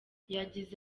yagize